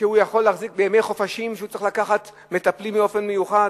בימי חופש, שהוא צריך לקחת מטפלים באופן מיוחד?